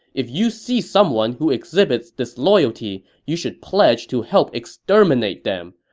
if you see someone who exhibits disloyalty, you should pledge to help exterminate them.